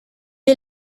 est